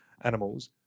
animals